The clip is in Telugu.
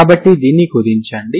కాబట్టి దీన్ని కుదించండి